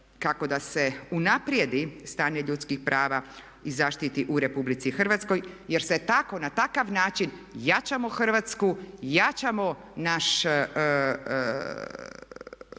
kako da se unaprijedi stanje ljudskih prava i zaštiti u RH jer se tako na takav način jačamo Hrvatsku, jačamo sami